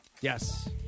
Yes